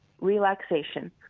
relaxation